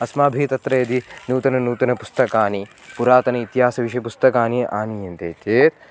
अस्माभिः तत्र यदि नूतननूतनपुस्तकानि पुरातन इतिहासविषये पुस्तकानि आनीयन्ते चेत्